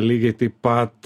lygiai taip pat